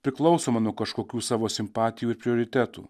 priklausoma nuo kažkokių savo simpatijų ir prioritetų